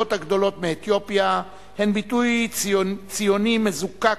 הגדולות מאתיופיה הן ביטוי ציוני מזוקק